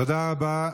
תודה רבה.